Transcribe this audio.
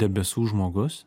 debesų žmogus